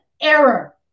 error